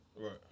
Right